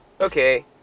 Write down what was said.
okay